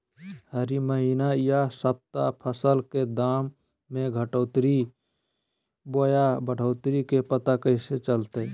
हरी महीना यह सप्ताह फसल के दाम में घटोतरी बोया बढ़ोतरी के पता कैसे चलतय?